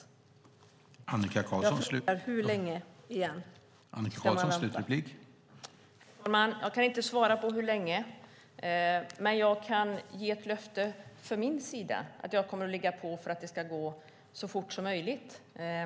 Jag frågar igen: Hur länge ska man vänta?